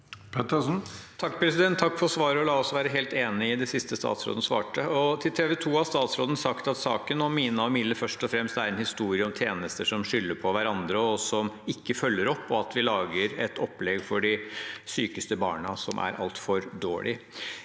Jeg takker for svaret. La oss være helt enig i det siste statsråden svarte. Til TV 2 har statsråden sagt at saken om Mina og Mille først og fremst er en historie om tjenester som skylder på hverandre og ikke følger opp, og om at vi lager et opplegg for de sykeste barna som er altfor dårlig.